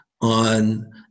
on